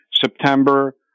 September